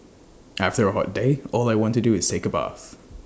after A hot day all I want to do is take A bath